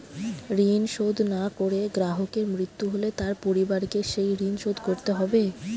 ঋণ শোধ না করে গ্রাহকের মৃত্যু হলে তার পরিবারকে সেই ঋণ শোধ করতে হবে?